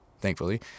thankfully